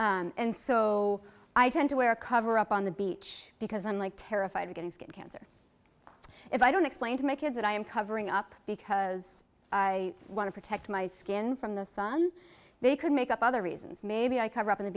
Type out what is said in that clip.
and so i tend to wear a cover up on the beach because unlike terrified of getting skin cancer if i don't explain to my kids that i am covering up because i want to protect my skin from the sun they could make up other reasons maybe i cover up on the